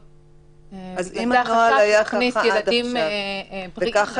אז אם הנוהל היה ככה עד עכשיו והסתדרו